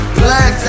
black